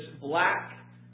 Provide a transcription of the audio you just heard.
black